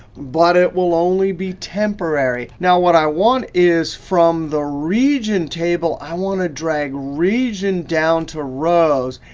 but it will only be temporary. now what i want is from the region table, i want to drag region down to rows.